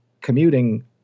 commuting